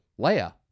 Leia